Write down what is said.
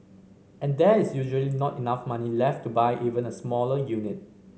and there is usually not enough money left to buy even a smaller unit